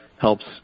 helps